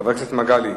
חבר הכנסת מגלי.